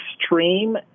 extreme